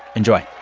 enjoy